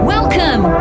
Welcome